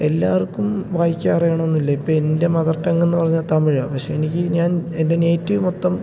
എല്ലാവർക്കും വായിക്കാൻ അറിയണമെന്നില്ല ഇപ്പോൾ എൻ്റെ മദർ ടങ്ങെന്നു പറഞ്ഞാൽ തമിഴാണ് പക്ഷെ എനിക്ക് ഞാൻ എൻ്റെ നേറ്റീവ് മൊത്തം